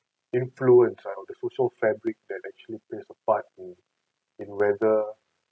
influence like all the social fabric that actually plays a part in in whether